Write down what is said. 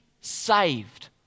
saved